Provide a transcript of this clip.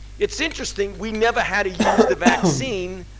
it's interesting. we never had to use the vaccine,